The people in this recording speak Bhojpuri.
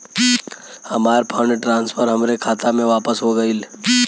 हमार फंड ट्रांसफर हमरे खाता मे वापस हो गईल